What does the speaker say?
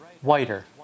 whiter